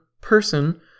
person